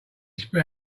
spit